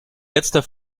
letzter